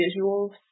visuals